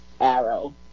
Arrow